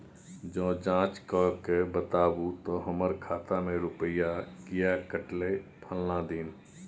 ज जॉंच कअ के बताबू त हमर खाता से रुपिया किये कटले फलना दिन?